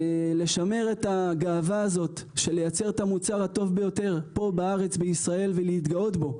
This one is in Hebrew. לשמר את הגאווה של לייצר את המוצר הטוב ביותר פה בישראל ולהתגאות בו.